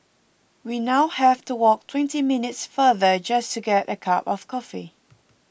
we now have to walk twenty minutes farther just to get a cup of coffee